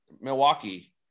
Milwaukee